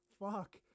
Fuck